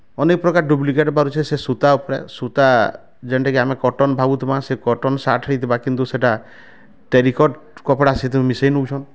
ଅନେକ ପ୍ରକାର୍ ଡୁପ୍ଲିକେଟ୍ ବାହାରୁଛେ ସେ ସୁତା ଉପରେ ସୁତା ଯେନ୍ତା କି ଆମେ କଟନ୍ ଭାବୁଥିମା ସେ କଟନ୍ ଶାର୍ଟ ହେଇଥିବା କିନ୍ତୁ ସେଇଟା ଟେରିକଟ୍ କପଡ଼ା ସେତୁନ୍ ମିଶେଇ ନଉଛନ୍